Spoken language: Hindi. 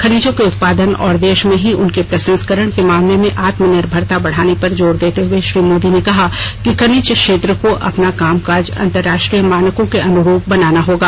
खनिजों के उत्पादन और देश में ही उनके प्रसंस्करण के मामले में आत्म निर्भरता बढ़ाने पर जोर देते हुए श्री मोदी ने कहा कि खनिज क्षेत्र को अपना काम काज अंतरराष्ट्रीय मानकों के अनुरूप बनाना होगा